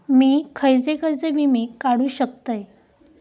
मी खयचे खयचे विमे काढू शकतय?